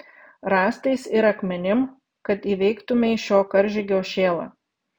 rąstais ir akmenim kad įveiktumei šio karžygio šėlą